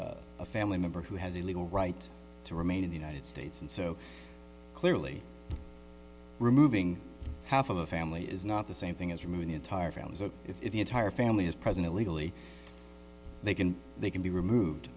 a family member who has a legal right to remain in the united states and so clearly removing half of the family is not the same thing as removing the entire family so if the entire family is present legally they can they can be removed